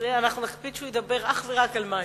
אנחנו נקפיד שהוא ידבר אך ורק על מים.